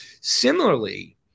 Similarly